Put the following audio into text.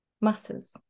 matters